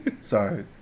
Sorry